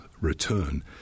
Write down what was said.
return